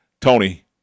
Tony